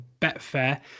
Betfair